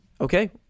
Okay